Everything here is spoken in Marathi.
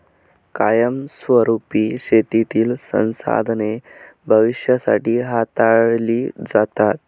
कायमस्वरुपी शेतीतील संसाधने भविष्यासाठी हाताळली जातात